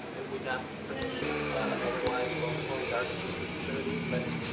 it would not be permitted otherwise dormitories, our community facilities, but.